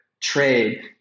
trade